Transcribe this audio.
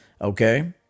Okay